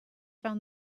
found